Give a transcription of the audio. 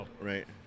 Right